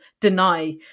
deny